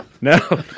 No